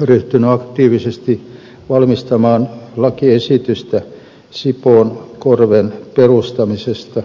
ryhtynyt aktiivisesti valmistamaan lakiesitystä sipoonkorven kansallispuiston perustamisesta